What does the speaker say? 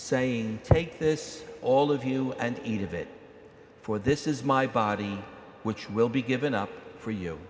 saying take this all of you and eat of it for this is my body which will be given up for you